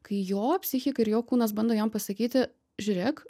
kai jo psichika ir jo kūnas bando jam pasakyti žiūrėk